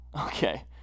okay